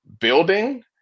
building